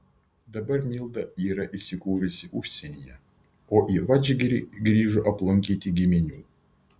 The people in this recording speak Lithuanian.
dabar milda yra įsikūrusi užsienyje o į vadžgirį grįžo aplankyti giminių